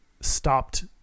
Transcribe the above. stopped